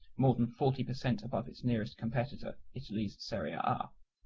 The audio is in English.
more than forty percent above its nearest competitor, italy's serie a. ah